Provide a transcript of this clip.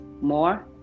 more